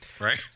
right